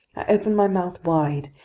i opened my mouth wide,